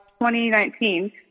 2019